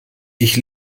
ich